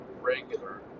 regular